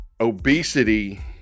Obesity